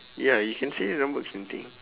ya you can say thing